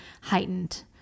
heightened